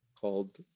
called